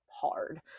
hard